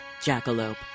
Jackalope